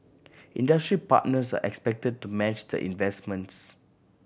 industry partners are expected to match the investments